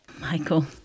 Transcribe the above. Michael